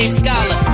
scholar